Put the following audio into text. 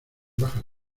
bajas